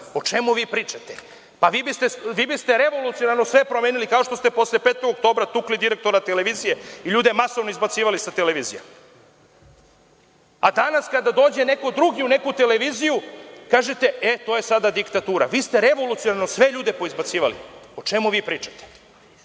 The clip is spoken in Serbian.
čemu vi pričate? Vi biste revolucionarno sve promenili, kao što ste posle 5. oktobra tukli direktora televizije i ljude masovno izbacivali sa televizija. Danas kada dođe neko drugi u neku televiziju kažete – e, to je sada diktatura. Vi ste revolucionarno sve ljude poizbacivali. O čemu vi pričate? Zaista